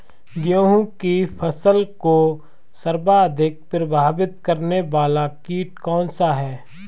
गेहूँ की फसल को सर्वाधिक प्रभावित करने वाला कीट कौनसा है?